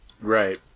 Right